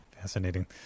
Fascinating